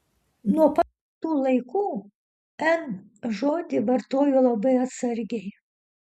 nuo pat tų laikų n žodį vartoju labai atsargiai